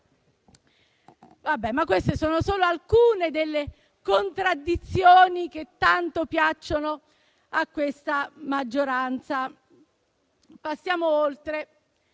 Queste sono solo alcune delle contraddizioni che tanto piacciono alla maggioranza. Passiamo oltre.